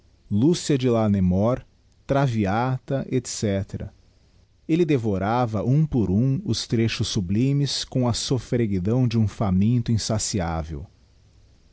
lúcia de lamermoor traviata etc eue devorava um por um os trechos sublimes com a sofifreguidão de um faminto insaciável